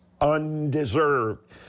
undeserved